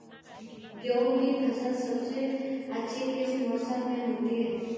गेहूँ की फसल सबसे अच्छी किस मौसम में होती है